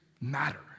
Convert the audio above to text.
matter